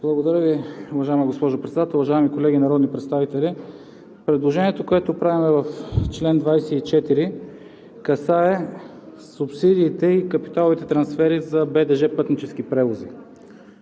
Благодаря Ви, уважаема госпожо Председател. Уважаеми колеги народни представители! Предложението, което правим в чл. 24, касае субсидиите и капиталовите трансфери за БДЖ „Пътнически превози“.